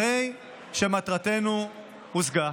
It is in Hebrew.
הרי שמטרתנו הושגה.